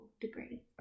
degree